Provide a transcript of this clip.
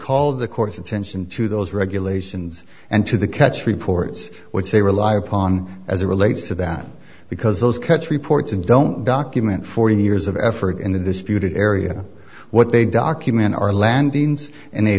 call the court's attention to those regulations and to the catch reports which they rely upon as a relates to that because those catch reports and don't document forty years of effort in the disputed area what they document are landings in a